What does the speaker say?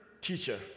teacher